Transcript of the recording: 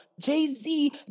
Jay-Z